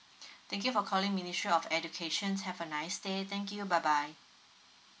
thank you for calling ministry of education have a nice day thank you bye bye